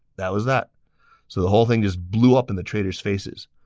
that was that. so the whole thing just blew up in the traitors' faces.